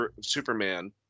Superman